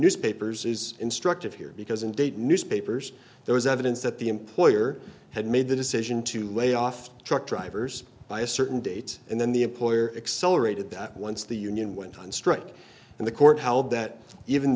newspapers is instructive here because in dade newspapers there was evidence that the employer had made the decision to lay off the truck drivers by a certain date and then the employer accelerated that once the union went on strike and the court held that even